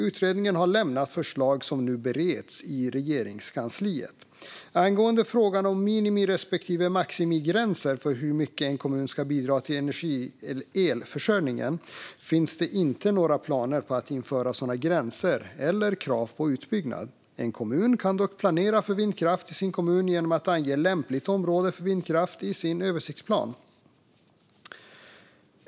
Utredningen har lämnat förslag som nu bereds i Regeringskansliet. Angående frågan om minimi respektive maximigränser för hur mycket en kommun ska bidra till elförsörjningen finns det inte några planer på att införa sådana gränser eller krav på utbyggnad. En kommun kan dock planera för vindkraft i sin kommun genom att ange lämpligt område för vindkraft i sin översiktsplan.